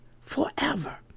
forever